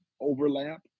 overlap